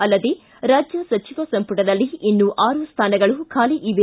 ಅಲ್ಲದೆ ರಾಜ್ಯ ಸಚಿವ ಸಂಪುಟದಲ್ಲಿ ಇನ್ನೂ ಆರು ಸ್ವಾನಗಳು ಖಾಲಿ ಇವೆ